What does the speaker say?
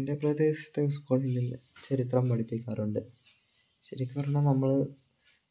എൻ്റെ പ്രദേശത്ത് സ്കൂളിൽ ചരിത്രം പഠിപ്പിക്കാറുണ്ട് ശരിക്ക് പറഞ്ഞാൽ നമ്മൾ